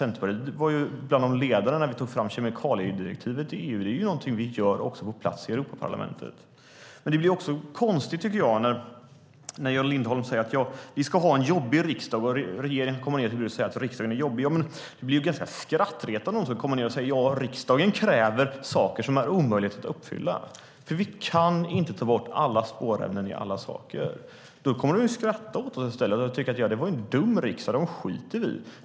Centerpartiet var bland de ledande när vi tog fram kemikaliedirektivet i EU. Det är något vi gör också på plats i Europaparlamentet. Men jag tycker att det blir konstigt när Jan Lindholm säger att vi ska ha en jobbig riksdag. Regeringen ska komma till Bryssel och säga att riksdagen är jobbig. Det blir ju ganska skrattretande att komma ned och säga att riksdagen kräver saker som är omöjliga att uppfylla. Vi kan ju inte ta bort alla spårämnen i alla saker. Då kommer de att skratta åt oss i stället och tycka att det var en dum riksdag, så dem skiter vi i.